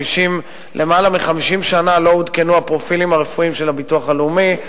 יותר מ-50 שנה לא עודכנו הפרופילים הרפואיים של הביטוח הלאומי,